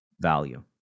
value